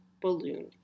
balloon